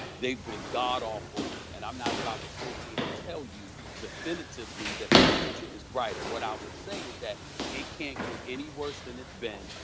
they've been god-awful, and i'm not about to sit here and tell you definitively that the future is brighter, what i will say is that it can't get any worse than it's been.